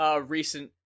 recent